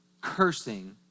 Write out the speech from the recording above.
cursing